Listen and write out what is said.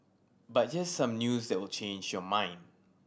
but here's some news that will change your mind